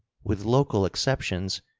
with local exceptions,